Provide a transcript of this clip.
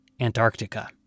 Antarctica